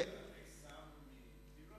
עסאם מטירה?